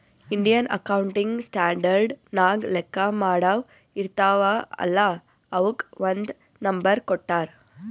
Indian accounting standard ನಾಗ್ ಲೆಕ್ಕಾ ಮಾಡಾವ್ ಇರ್ತಾವ ಅಲ್ಲಾ ಅವುಕ್ ಒಂದ್ ನಂಬರ್ ಕೊಟ್ಟಾರ್